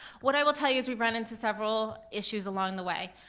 what i will tell you is, we've run into several issues along the way.